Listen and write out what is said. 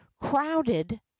crowded